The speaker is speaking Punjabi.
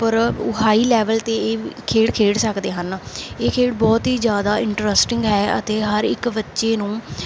ਉੱਪਰ ਹਾਈ ਲੈਵਲ 'ਤੇ ਇਹ ਖੇਡ ਖੇਡ ਸਕਦੇ ਹਨ ਇਹ ਖੇਡ ਬਹੁਤ ਹੀ ਜ਼ਿਆਦਾ ਇੰਟਰਸਟਿੰਗ ਹੈ ਅਤੇ ਹਰ ਇੱਕ ਬੱਚੇ ਨੂੰ